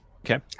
Okay